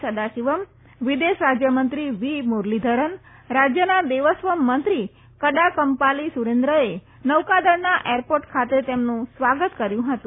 સદાશિવમ વિદેશ રાજયમંત્રી વી મુરલીધરન રાજયના દેવસ્વમ મંત્રી કડાકમ્પાલી સુરેન્દ્રએ નૌકાદળના એરપોર્ટ ખાતે તેમનું સ્વાગત કર્યુ હતું